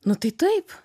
nu tai taip